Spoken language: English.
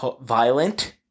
Violent